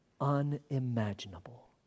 unimaginable